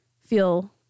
feel